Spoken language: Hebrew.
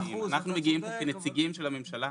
אבל זו לא דעתי האישית, אני מדברת כנציגה.